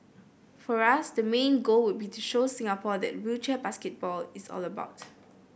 for us the main goal would be to show Singapore that wheelchair basketball is all about